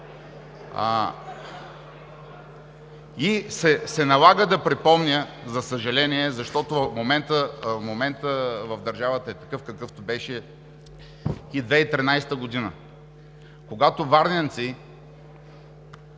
им! Налага се да припомня, за съжаление, защото моментът в държавата е такъв, какъвто беше и 2013 г., когато варненци